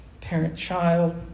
parent-child